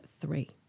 three